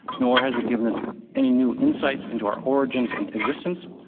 nor has it given us any new insights into our origins and existence.